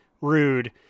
rude